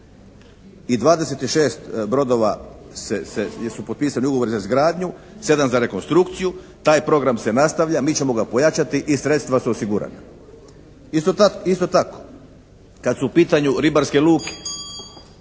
I 26 brodova se jer su potpisali ugovor za izgradnju, 7 za rekonstrukciju taj program se nastavlja. Mi ćemo ga pojačati i sredstva su osigurana. Isto tako kad su u pitanju ribarske luke